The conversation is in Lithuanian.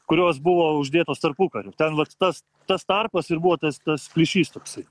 kurios buvo uždėtos tarpukariu ten vat tas tas tarpas ir buvo tas tas plyšys toksai